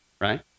right